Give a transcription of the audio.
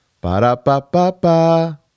Ba-da-ba-ba-ba